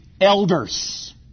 Elders